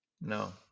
No